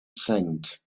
sand